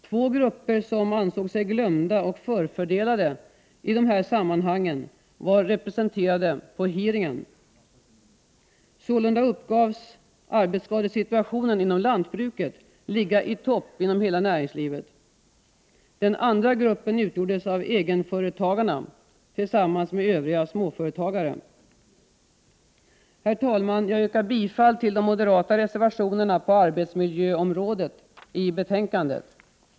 Två grupper som ansåg sig glömda och förfördelade i de här sammanhangen var representerade på hearingen. Sålunda uppgavs arbetsskadesituationen inom lantbruket ligga i topp inom hela näringslivet. Den andra gruppen utgjordes av egenföretagarna tillsammans med övriga småföretagare. Herr talman! Jag yrkar bifall till de moderata reservationerna på arbetsmiljöområdet i betänkandet.